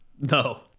No